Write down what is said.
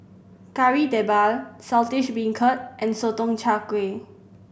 Kari Debal Saltish Beancurd and Sotong Char Kway